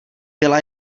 byla